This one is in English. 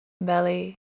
belly